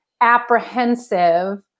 apprehensive